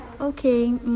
okay